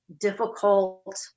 difficult